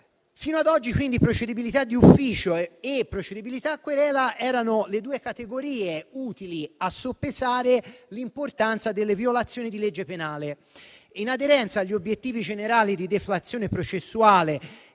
Fino ad oggi, quindi, procedibilità d'ufficio e procedibilità a querela erano le due categorie utili a soppesare l'importanza delle violazioni di legge penale. In aderenza agli obiettivi generali di deflazione processuale